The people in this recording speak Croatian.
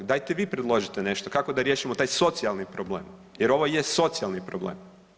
Dajte vi predložite nešto kako da riješimo taj socijalni problem jer ovo je socijalni problem.